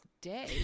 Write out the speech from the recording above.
day